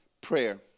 prayer